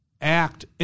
act